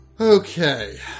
Okay